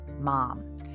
mom